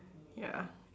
ya